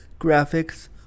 graphics